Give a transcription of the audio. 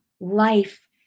life